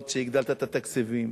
ואף-על-פי שהגדלת את התקציבים